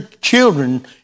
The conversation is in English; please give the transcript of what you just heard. children